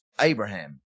Abraham